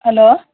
hello